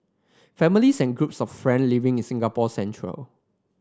families and groups of friend living in Singapore's centre